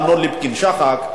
אמנון ליפקין-שחק,